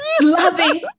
loving